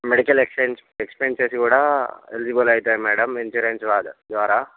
medical expense expenses కూడా eligible అవుతుంది madam insurance వారా ద్వారా